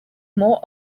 more